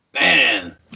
Man